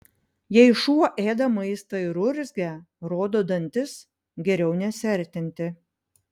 jei šuo ėda maistą ir urzgia rodo dantis geriau nesiartinti